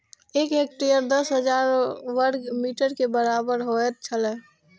एक हेक्टेयर दस हजार वर्ग मीटर के बराबर होयत छला